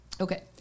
Okay